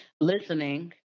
Listening